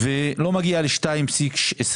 ולא מגיע ל-2.25.